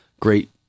great